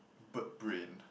bird brain